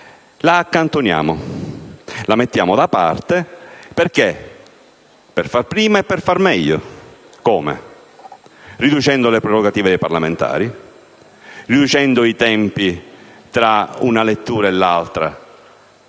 affermata, la mettiamo da parte per far prima e per far meglio. Come? Riducendo le prerogative dei parlamentari; riducendo i tempi tra una lettura e l'altra